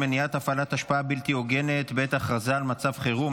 מניעת הפעלת השפעה בלתי הוגנת בעת הכרזה על מצב חירום),